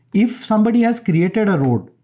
if somebody has created a road,